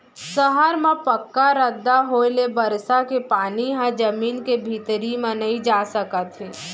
सहर म पक्का रद्दा होए ले बरसा के पानी ह जमीन के भीतरी म नइ जा सकत हे